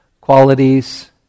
qualities